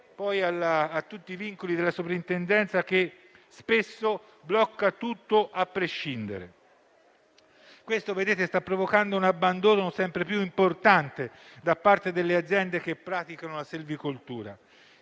a tutti i vincoli della soprintendenza che spesso blocca tutto a prescindere. Tutto questo sta provocando un abbandono sempre più importante da parte delle aziende che praticano la selvicoltura.